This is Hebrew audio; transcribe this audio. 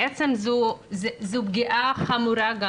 בעצם זו פגיעה חמורה.